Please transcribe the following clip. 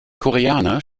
koreaner